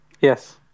Yes